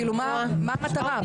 מה המטרה?